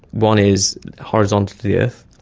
one is horizontal to the earth,